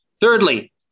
Thirdly